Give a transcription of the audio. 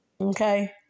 Okay